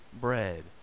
bread